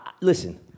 Listen